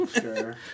Sure